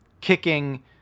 kicking